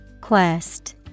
Quest